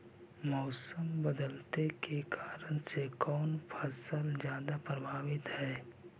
मोसम बदलते के कारन से कोन फसल ज्यादा प्रभाबीत हय?